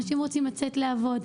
אנשים רוצים לצאת לעבוד,